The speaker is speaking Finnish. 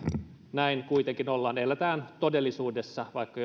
näin kuitenkin olemme me elämme todellisuudessa vaikka